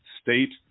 state